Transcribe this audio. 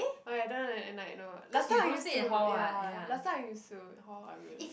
oh ya I don't know whether at night know last time I used to ya last time I used to hall I will